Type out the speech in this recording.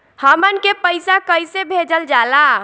हमन के पईसा कइसे भेजल जाला?